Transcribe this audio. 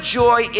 joy